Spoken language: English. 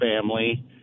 family